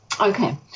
Okay